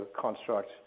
construct